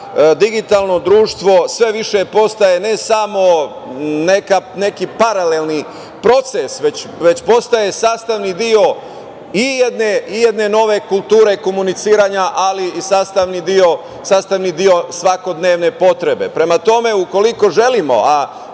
digitalno društvo sve više postaje ne samo neki paralelni proces, već postaje sastavni deo i jedne nove kulture komuniciranja, ali i sastavni deo svakodnevne potrebe. Prema tome, ukoliko želimo, a